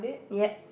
ya